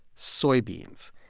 soybeans.